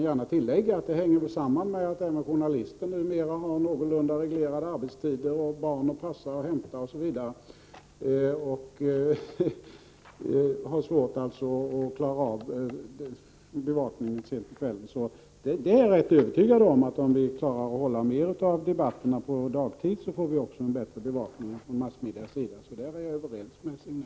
Jag kan också tillägga att detta hänger samman med att även journalister numera har någorlunda reglerade arbetstider, att de har barn att passa och hämta och har svårt att klara en bevakning sent på kvällen. Jag är därför rätt övertygad om att vi, om vi lyckas hålla mer av debatterna under dagtid, också får en bättre bevakning från massmedias sida. På den punkten är jag alltså överens med Signell.